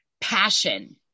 passion